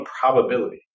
probability